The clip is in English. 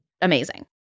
amazing